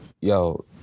yo